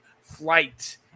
flight